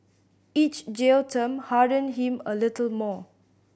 each jail term hardened him a little more